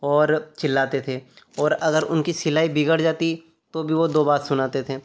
और चिल्लाते थे और अगर उनकी सिलाई बिगड़ जाती तो भी वो दो बात सुनाते थे